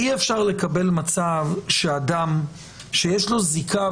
אי אפשר לקבל מצב שאדם שיש לו זיקה,